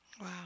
Wow